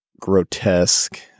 grotesque